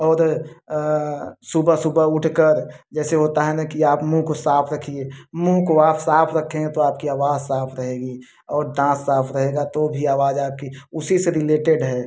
और सुबह सुबह उठ कर जैसे होता है न कि आप मुँह को साफ रखिए मुँह को आप साफ रखेंगे तो आपकी अवाज़ साफ रहेगी और दाँत साफ रहेगा तो भी आवाज़ आपकी उसी से रिलेटेड है